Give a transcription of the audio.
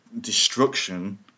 destruction